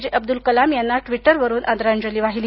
जे अब्दुल कलाम यांना ट्विटरवरून आदरांजली वाहिली